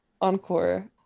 Encore